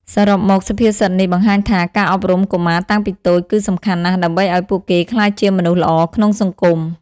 សរុបមកសុភាសិតនេះបង្ហាញថា ការអប់រំកុមារតាំងពីតូចគឺសំខាន់ណាស់ដើម្បីឲ្យពួកគេក្លាយជាមនុស្សល្អក្នុងសង្គម។